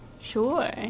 Sure